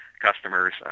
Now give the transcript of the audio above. customers